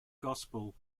gospel